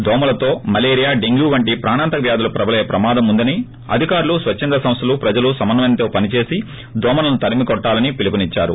దోమలతో malaria dengue వంటి ప్రాణాంతక వ్యాధులు ప్రబలే ప్రమాదం ఉందని అధికారులు స్వచ్చంద సంస్టలు ప్రజలు సమన్వయంతో పనిచేసి దోమలను తరిమికొట్టాలని పిలుపునిచ్చారు